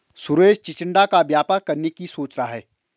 सुरेश चिचिण्डा का व्यापार करने की सोच रहा है